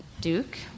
Duke